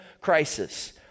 crisis